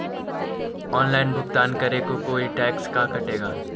Online भुगतान करे को कोई टैक्स का कटेगा?